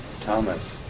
Thomas